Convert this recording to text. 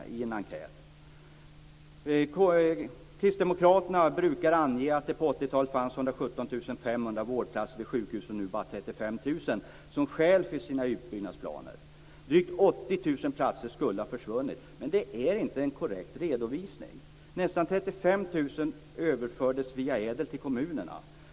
Som skäl för sina utbyggnadsplaner brukar Kristdemokraterna ange att det på 80-talet fanns 117 500 vårdplatser vid sjukhus och att det nu finns bara 35 000. Drygt 80 000 platser skulle ha försvunnit! Men det är inte en korrekt redovisning. Nästan 35 000 överfördes via ädel till kommunerna.